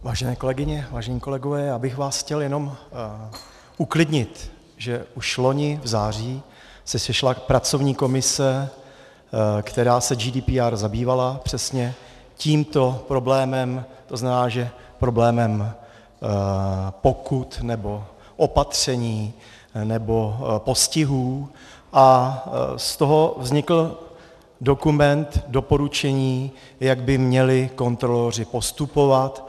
Vážené kolegyně, vážení kolegové, já bych vás chtěl jenom uklidnit, že už loni v září se sešla pracovní komise, která se GDPR zabývala, přesně tímto problémem, tzn. problémem pokut nebo opatření nebo postihů, a z toho vznikl dokument, doporučení, jak by měli kontroloři postupovat.